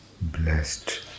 blessed